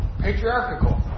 patriarchal